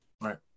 Right